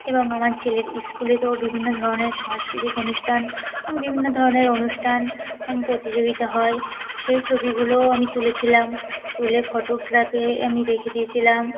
এবং আমার ছেলের স্কুলে তখনও বিভিন্ন ধরনের সাংস্কৃতিক অনুষ্ঠান বিভিন্ন ধরনের অনুষ্ঠান প্রতিযোগিতা হয় সেই ছবিগুলোও আমি তুলেছিলাম তুলে ফটোগ্রাফি আমি রেখে দিয়েছিলাম